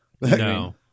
No